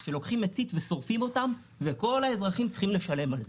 שלוקחים מצית ושורפים אותם וכל האזרחים צריכים לשלם על זה.